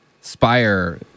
Spire